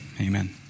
Amen